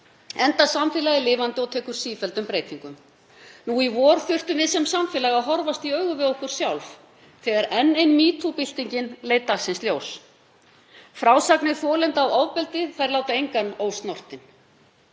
enda er samfélagið lifandi og tekur sífelldum breytingum. Nú í vor þurftum við sem samfélag að horfast í augu við sjálf okkur þegar enn ein #metoo-byltingin leit dagsins ljós. Frásagnir þolenda af ofbeldi láta engan ósnortinn.